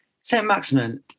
Saint-Maximin